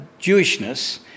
Jewishness